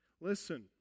Listen